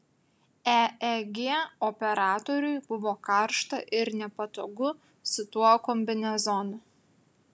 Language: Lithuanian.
eeg operatoriui buvo karšta ir nepatogu su tuo kombinezonu